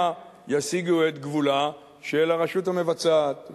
שמא יסיגו את גבולה של הרשות המבצעת.